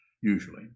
usually